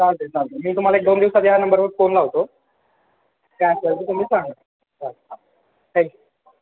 चालेल चालेल मी तुम्हाला एक दोन दिवसात या नंबरवर फोन लावतो काय असेल ते तुम्ही सांगा हा थँक्यू